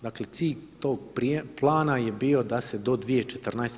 Dakle, cilj tog plana je bio da se do 2014.